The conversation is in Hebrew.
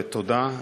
תודה,